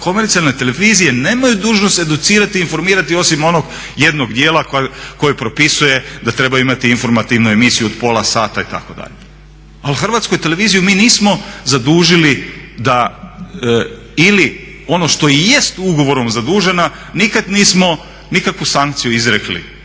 komercijalne televizije nemaju dužnost educirati i informirati osim onog jednog djela koje propisuje da trebaju imati informativnu emisiju od pola sata itd. Ali Hrvatsku televiziju mi nismo zadužili da ili ono što i jest ugovorom zadužena nikad nismo nikakvu sankciju izrekli